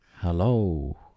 hello